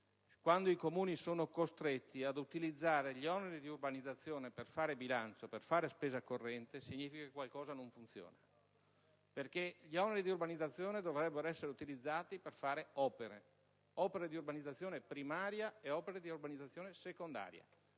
quando i comuni sono costretti ad utilizzare gli oneri di urbanizzazione per fare il bilancio, per fare spesa corrente, qualcosa non funziona. Gli oneri di urbanizzazione dovrebbero essere utilizzati per fare opere di urbanizzazione primaria e opere di urbanizzazione secondaria,